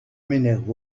m’énerve